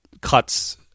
cuts